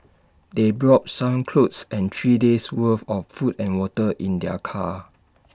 they brought some clothes and three days' worth of food and water in their car